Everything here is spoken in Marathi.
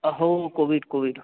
हो कोव्हीड कोव्हीड